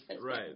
Right